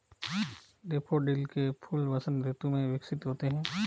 daffodil के फूल वसंत ऋतु में विकसित होते हैं